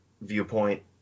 viewpoint